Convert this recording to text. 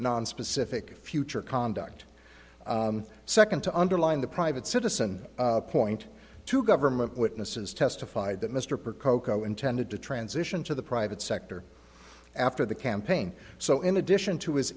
nonspecific future conduct second to underline the private citizen point to government witnesses testified that mr percoco intended to transition to the private sector after the campaign so in addition to his